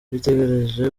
witegereje